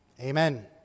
amen